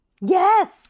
yes